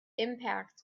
impact